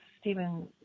Stephen